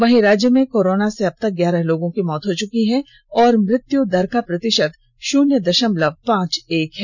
वहीं राज्य में कोरोना से अबतक ग्यारह लोगों की मौत हो चूकी है और मृत्यू दर का प्रतिषत शुन्य दषमलव पांच एक है